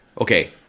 Okay